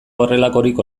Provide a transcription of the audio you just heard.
horrelakorik